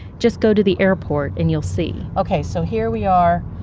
just go to the airport and you'll see okay. so, here we are.